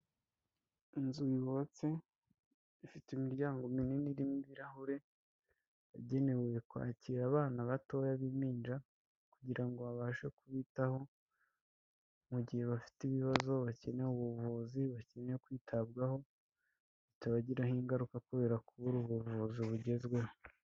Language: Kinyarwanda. Inzu yubatse ifite imiryango minini irimo ibirahure, yagenewe kwakira abana batoya b'impinja kugira ngo ngo babashe kubitaho mu gihe bafite ibibazo bakeneye ubuvuzi, bakeneye kwitabwaho bitabagiraho ingaruka kubera kubura ubuvuzi bugezweho.